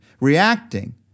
reacting